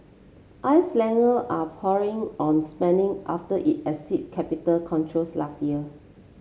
Icelander are pouring on spending after it exited capital controls last year